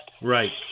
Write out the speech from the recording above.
Right